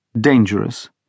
dangerous